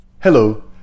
Hello